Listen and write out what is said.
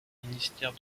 ministère